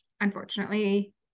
unfortunately